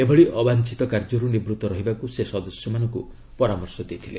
ଏଭଳି ଅବାଞ୍ଚିତ କାର୍ଯ୍ୟରୁ ନିବୃତ ରହିବାକୁ ସେ ସଦସ୍ୟମାନଙ୍କୁ ପରାମର୍ଶ ଦେଇଥିଲେ